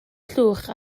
llwch